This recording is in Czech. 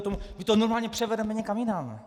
My to normálně převedeme někam jinam.